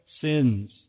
sins